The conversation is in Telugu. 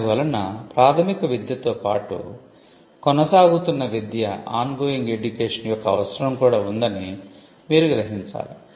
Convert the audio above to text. దాని వలన ప్రాధమిక విద్యతో పాటు 'కొనసాగుతున్న విద్య' యొక్క అవసరం కూడా ఉందని మీరు గ్రహించాలి